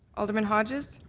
alderman hodges?